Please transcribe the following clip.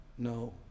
No